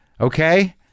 Okay